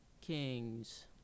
kings